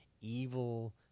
evil